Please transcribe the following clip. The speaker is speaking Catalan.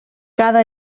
cada